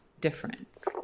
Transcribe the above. difference